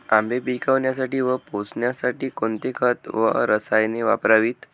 आंबे पिकवण्यासाठी व पोसण्यासाठी कोणते खत व रसायने वापरावीत?